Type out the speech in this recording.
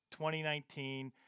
2019